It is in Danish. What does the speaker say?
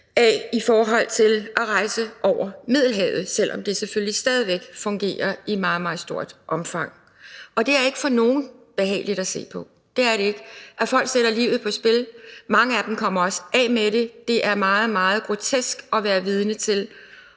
ad i forhold til at rejse over Middelhavet, selv om det selvfølgelig stadig væk fungerer i meget, meget stort omfang. Og det er ikke behageligt at se på for nogen. Det er det ikke, og folk sætter livet på spil. Mange af dem kommer også af med det. Det er meget, meget grotesk at være vidne til,